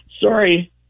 Sorry